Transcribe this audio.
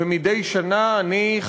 ומדי שנה אני,